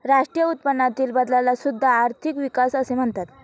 राष्ट्रीय उत्पन्नातील बदलाला सुद्धा आर्थिक विकास असे म्हणतात